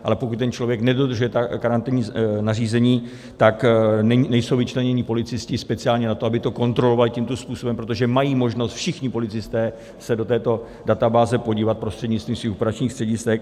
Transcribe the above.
Ale pokud ten člověk nedodržuje karanténní nařízení, tak nejsou vyčleněni policisté speciálně na to, aby to kontrolovali tímto způsobem, protože mají možnost všichni policisté se do této databáze podívat prostřednictvím svých operačních středisek